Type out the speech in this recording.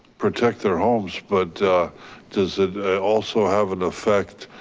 protect their homes, but does it also have an effect